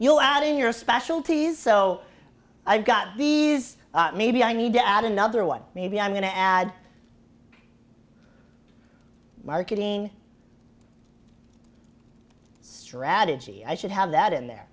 you'll add in your specialties so i've got these maybe i need to add another one maybe i'm going to add marketing strategy i should have that in there